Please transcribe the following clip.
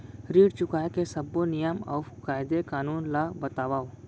ऋण चुकाए के सब्बो नियम अऊ कायदे कानून ला बतावव